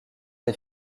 des